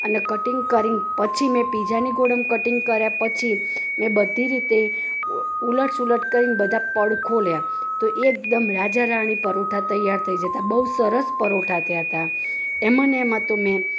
અને કટિંગ કરીને પછી મેં પિત્ઝાની ગોળ કટિંગ કર્યા પછી મેં બધી રીતે ઊલટસુલટ કરીને બધા પડ ખોલ્યા તો એકદમ રાજા રાણી પરોઠા તૈયાર થઈ જતાં બહુ સરસ પરોઠા થયાં હતા એમાં ન એમાં તો મેં